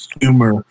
humor